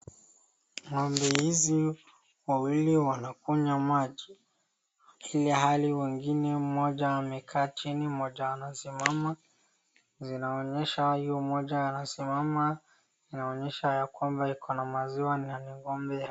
Ng'ombe hizi wawili wanakunywa maji, ilhali wengine mmoja amekaa chini, mmoja anasimama. Zinaonyesha huyo mmoja anasimama, inaonyesha ya kwamba iko na maziwa na ni ng'ombe...